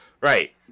Right